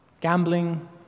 Gambling